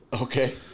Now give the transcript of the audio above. Okay